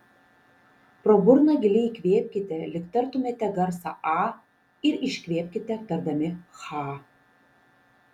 pro burną giliai įkvėpkite lyg tartumėte garsą a ir iškvėpkite tardami cha